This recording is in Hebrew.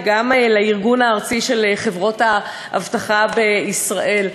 וגם לארגון הארצי של חברות האבטחה בישראל.